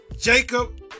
Jacob